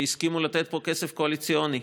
שהסכימו לתת פה כסף קואליציוני,